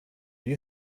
you